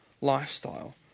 lifestyle